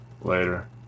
Later